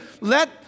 let